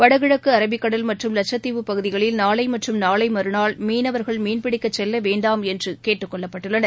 வடகிழக்குஅரபிக் கடல் மற்றும் வட்சத்தீவு பகுதிகளில் நாளைமற்றும் நாளைமறுநாள் மீனவர்கள் கடலில் மீன்பிடிக்கசெல்லவேண்டாம் என்றுகேட்டுக்கொள்ளப்பட்டுள்ளனர்